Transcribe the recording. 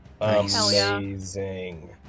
Amazing